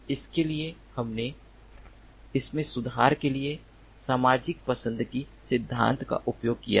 इसके लिए हमने इसमें सुधार के लिए सामाजिक पसंद के सिद्धांत का उपयोग किया है